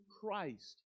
Christ